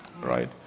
right